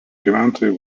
gyventojai